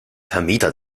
vermieter